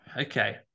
okay